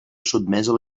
sotmesa